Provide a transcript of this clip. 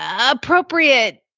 appropriate